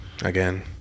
again